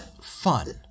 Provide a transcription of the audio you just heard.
fun